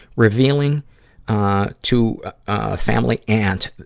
revealing ah to ah family aunt